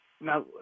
now